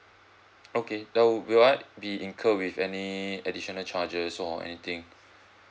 okay then will I be incur with any additional charges or anything